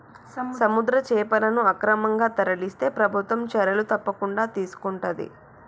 సముద్ర చేపలను అక్రమంగా తరలిస్తే ప్రభుత్వం చర్యలు తప్పకుండా తీసుకొంటది